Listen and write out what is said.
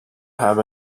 have